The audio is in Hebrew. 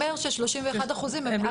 בפועל זה שיש רישיון והם עדיין חיים,